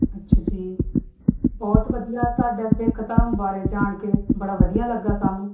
ਅੱਛਾ ਜੀ ਬਹੁਤ ਵਧੀਆ ਤੁਹਾਡਾ ਸਿੱਖ ਧਰਮ ਬਾਰੇ ਜਾਣ ਕੇ ਬੜਾ ਵਧੀਆ ਲੱਗਾ ਸਾਨੂੰ